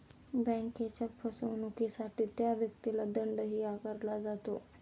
बँकेच्या फसवणुकीसाठी त्या व्यक्तीला दंडही आकारला जातो